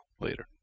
later